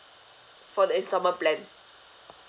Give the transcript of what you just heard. for the instalment plan